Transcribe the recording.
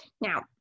Now